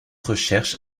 recherches